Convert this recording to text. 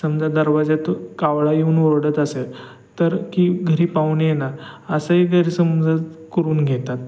समजा दरवाज्यात कावळा येऊन ओरडत असेल तर की घरी पाहुणे येणार असंही गैरसमज करून घेतात